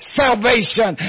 salvation